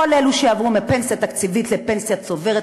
כל אלה שעברו מפנסיה תקציבית לפנסיה צוברת,